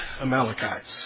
Amalekites